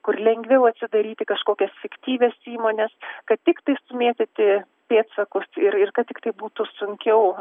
kur lengviau atsidaryti kažkokias fiktyvias įmones kad tiktai sumėtyti pėdsakus ir ir kad tiktai būtų sunkiau